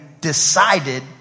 decided